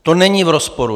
To není v rozporu.